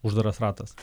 uždaras ratas